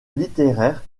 littéraires